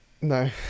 No